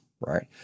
right